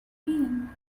mean